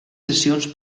sessions